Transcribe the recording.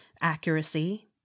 accuracy